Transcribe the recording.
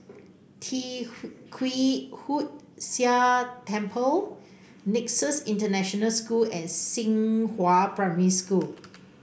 Tee Kwee Hood Sia Temple Nexus International School and Xinghua Primary School